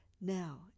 now